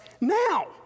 now